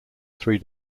three